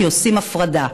כי עושים הפרדה,